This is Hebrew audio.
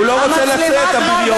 הוא לא רוצה לצאת, הבריון.